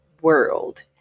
world